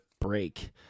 break